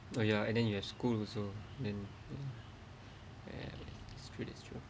uh ya and then you have schools also then it's true that's true